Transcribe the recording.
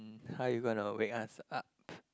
how you gonna wake us up